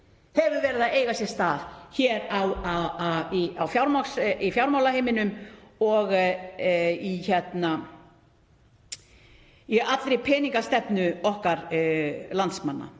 hefur verið að eiga sér stað hér í fjármálaheiminum og í allri peningastefnu okkar landsmanna.